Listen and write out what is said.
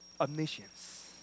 omniscience